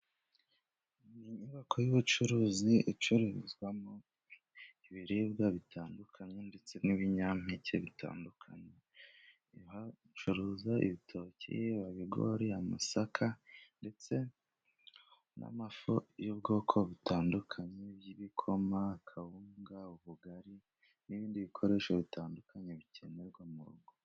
Inyubako y'ubucuruzi icuruzwamo ibiribwa bitandukanye ndetse n'ibinyampeke bitandukanye aha bacuruza:ibitoki ibigori, amasaka ndetse n'amafu y'ubwoko butandukanye bw'ibikoma: kawunga, ubugari n'ibindi bikoresho bitandukanye bikenerwa mu rugo.